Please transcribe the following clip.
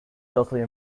totally